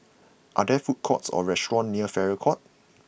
are there food courts or restaurants near Farrer Court